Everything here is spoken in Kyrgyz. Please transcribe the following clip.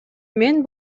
мен